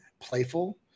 playful